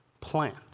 plant